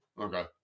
Okay